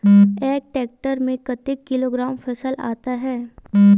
एक टेक्टर में कतेक किलोग्राम फसल आता है?